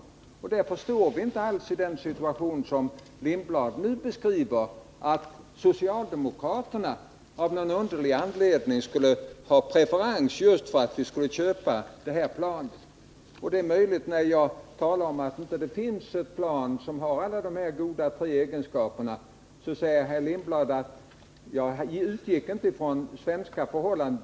Därför befinner vi oss inte alls i den situation som Hans Lindblad nu beskriver, att socialdemokraterna av någon underlig anledning skulle preferera förslaget att vi skulle köpa just F 16. är jag talar om att det inte finns något plan som har alla dessa goda egenskaper att vara jakt-, attackoch spaningsplan, säger herr Lindblad att jag utgår från svenska förhållanden.